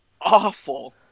awful